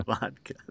vodka